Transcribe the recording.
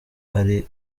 ari